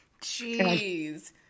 jeez